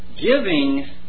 giving